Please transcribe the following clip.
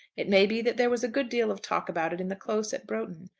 it may be that there was a good deal of talk about it in the close at broughton.